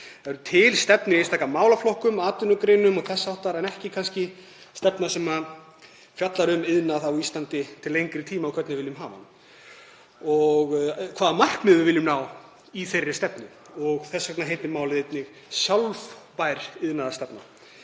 Það eru til stefnur í einstaka málaflokkum, atvinnugreinum og þess háttar, en ekki kannski stefna sem fjallar um iðnað á Íslandi til lengri tíma og hvernig við viljum hafa hann og hvaða markmiðum við viljum ná með þeirri stefnu. Þess vegna heitir málið einnig sjálfbær iðnaðarstefna